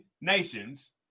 nations